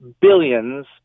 billions